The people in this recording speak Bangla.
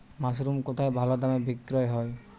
মাসরুম কেথায় ভালোদামে বিক্রয় হয়?